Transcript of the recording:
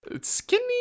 Skinny